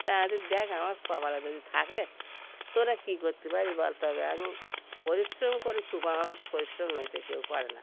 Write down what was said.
তা যদি দেখ আমার কপালে যদি থাকে তোরা কী করতে পারিস বল তবে আমি পরিশ্রম করি খুব আমার মতো পরিশ্রম নয়তো কেউ পারে না